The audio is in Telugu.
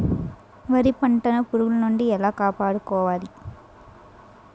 వరి పంటను పురుగుల నుండి ఎలా కాపాడుకోవాలి?